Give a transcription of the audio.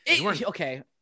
Okay